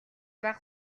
бага